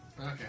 Okay